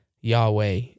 Yahweh